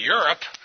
Europe